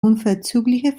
unverzügliche